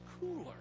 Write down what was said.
cooler